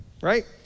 right